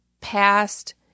past